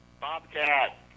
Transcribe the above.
Bobcat